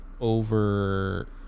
over